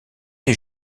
les